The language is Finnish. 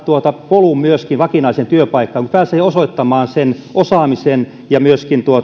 polun myöskin vakinaiseen työpaikkaan kun pääsee osoittamaan sen osaamisen ja myöskin